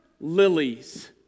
lilies